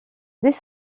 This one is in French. dès